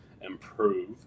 improve